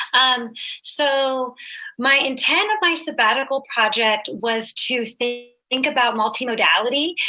um so my intent of my sabbatical project was to think think about multimodality,